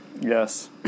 Yes